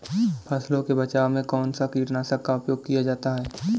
फसलों के बचाव में कौनसा कीटनाशक का उपयोग किया जाता है?